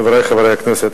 חברי חברי הכנסת,